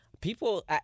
People